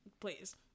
please